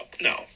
No